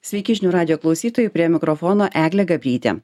sveiki žinių radijo klausytojai prie mikrofono eglė gabrytė